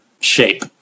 shape